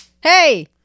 Hey